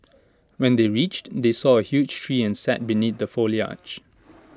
when they reached they saw A huge tree and sat beneath the foliage